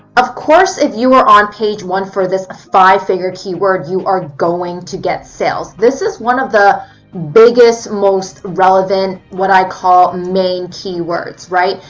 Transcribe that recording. of course, if you are on page one for this five figure keyword, you are going to get sales. this is one of the biggest, most relevant, what i call, main keywords, right?